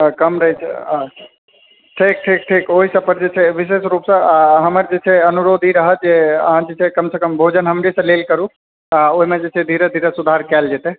हँ कम रहै छै हँ ठीक ठीक ठीक ओहि सब पर विशेष रुपसँ हमर जे छै से अनुरोध ई रहत जे अहाँ कम से कम भोजन हमरे से लेल करु आ ओहिमे जे छै धीरे धीरे सुधार कयल जेतै